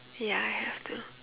ya I have to